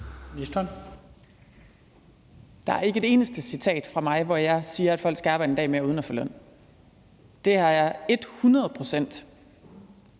Der ikke et eneste citat fra mig, hvor jeg siger, at folk skal arbejde en dag mere uden at få løn. Det har jeg hundrede procent